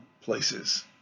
places